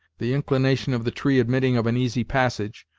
the inclination of the tree admitting of an easy passage,